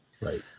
right